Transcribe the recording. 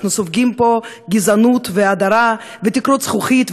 סופגים פה גזענות והדרה ותקרות זכוכית,